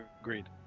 Agreed